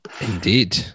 Indeed